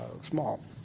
small